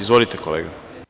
Izvolite kolega.